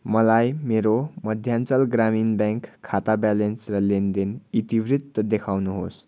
मलाई मेरो मध्याञ्चल ग्रामीण ब्याङ्क खाता ब्यालेन्स र लेनदेन इतिवृत्त देखाउनुहोस्